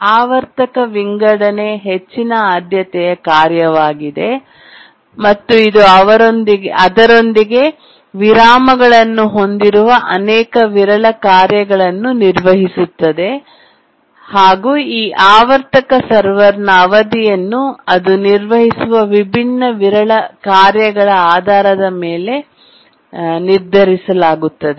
ಆವರ್ತಕ ವಿಂಗಡಣೆ ಹೆಚ್ಚಿನ ಆದ್ಯತೆಯ ಕಾರ್ಯವಾಗಿದೆ ಮತ್ತು ಇದು ಅವರೊಂದಿಗೆ ವಿರಾಮಗಳನ್ನು ಹೊಂದಿರುವ ಅನೇಕ ವಿರಳ ಕಾರ್ಯಗಳನ್ನು ನಿರ್ವಹಿಸುತ್ತದೆ ಮತ್ತು ಈ ಆವರ್ತಕ ಸರ್ವರ್ನ ಅವಧಿಯನ್ನು ಅದು ನಿರ್ವಹಿಸುವ ವಿಭಿನ್ನ ವಿರಳ ಕಾರ್ಯಗಳ ಆಧಾರದ ಮೇಲೆ ನಿರ್ಧರಿಸಲಾಗುತ್ತದೆ